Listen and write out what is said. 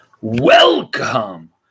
Welcome